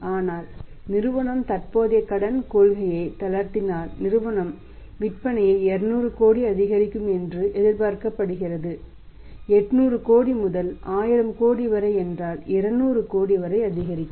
ஆனால் நிறுவனம் தற்போதைய கடன் கொள்கையை தளர்த்தினால் நிறுவனம் விற்பனையை 200 கோடி அதிகரிக்கும் என்று எதிர்பார்க்கப்படுகிறது 800 முதல் 1000 கோடி வரை என்றால் 200 கோடி வரை அதிகரிக்கும்